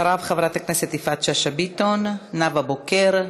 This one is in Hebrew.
אחריו, חברי הכנסת יפעת שאשא ביטון, נאוה בוקר,